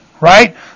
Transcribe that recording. right